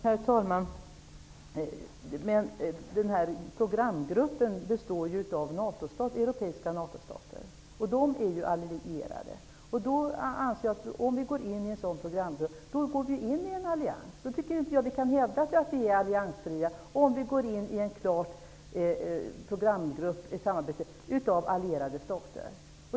Herr talman! Denna programgrupp består av europeiska NATO-stater, och de är ju allierade. Om Sverige går med i en sådan programgrupp går vi in i en allians. Jag tycker inte att vi kan hävda att vi är alliansfria om vi går in i ett samarbete i en programgrupp bestående av allierade stater.